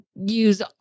use